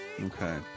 Okay